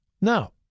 Now